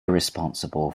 responsible